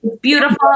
beautiful